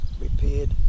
repaired